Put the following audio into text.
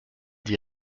d’y